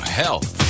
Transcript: health